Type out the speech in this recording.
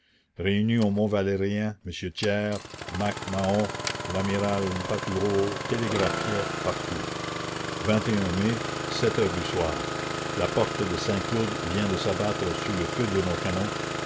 réunis au mont valérien m thiers mac mahon l'amiral pothuau télégraphiaient partout mai sept heures du soir la porte de saint-cloud vient de s'abattre sous le feu de nos canons